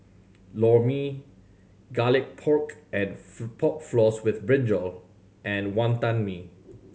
Lor Mee Garlic Pork and Pork Floss with brinjal and Wonton Mee